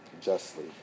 justly